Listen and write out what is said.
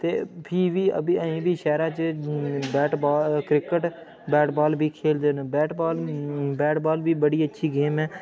ते फ्ही बी अभी अजें बी शैह्रा च bat ball cricket bat ball बी खेलदे न बैट बाल बैट बाल बी बड़ी अच्छी गेम ऐ